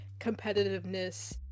competitiveness